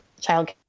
child